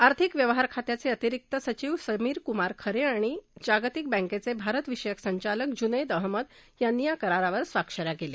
आर्थिक व्यवहार खात्याचे अतिरिक्त सचिव समीर कुमार खरे आणि जागतिक बँकेचे भारत विषयक संचालक ज्नैद अहमद यांनी करारावर स्वाक्षरी केली